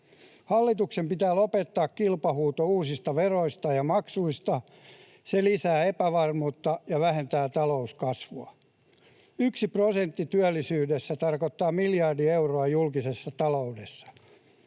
Hallituksen pitää lopettaa kilpahuuto uusista veroista ja maksuista. Se lisää epävarmuutta ja vähentää talouskasvua. Yksi prosentti työllisyydessä tarkoittaa miljardia euroa julkisessa taloudessa.